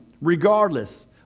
regardless